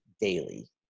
daily